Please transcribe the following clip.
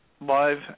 live